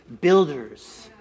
builders